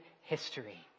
history